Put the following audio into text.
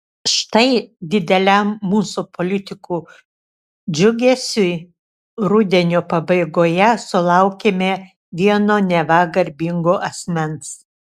štai dideliam mūsų politikų džiugesiui rudenio pabaigoje sulaukėme vieno neva garbingo asmens